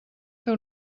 fer